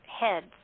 heads